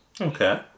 Okay